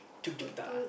tuk-tuk yeah